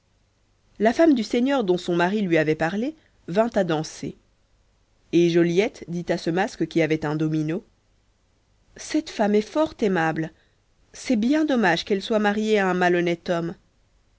la femme du seigneur dont son mari lui avait parlé vint à danser et joliette dit à ce masque qui avait un domino cette femme est fort aimable c'est bien dommage qu'elle soit mariée à un malhonnête homme